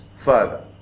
Further